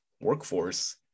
workforce